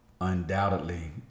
undoubtedly